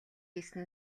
хийсэн